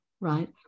right